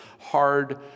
hard